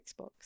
Xbox